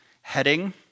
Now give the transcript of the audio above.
heading